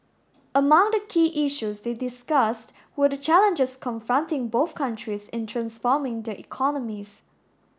among the key issues they discussed were the challenges confronting both countries in transforming their economies